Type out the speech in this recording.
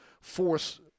force